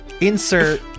Insert